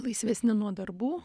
laisvesni nuo darbų